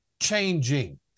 changing